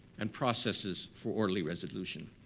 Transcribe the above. and processes for orderly resolution.